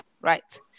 right